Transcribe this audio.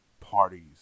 parties